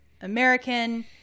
American